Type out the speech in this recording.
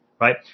right